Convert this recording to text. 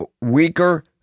weaker